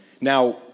Now